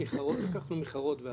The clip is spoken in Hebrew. כי לקחנו מחרוד.